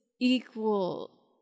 equal